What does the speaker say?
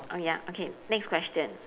mm ya okay next question